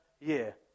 year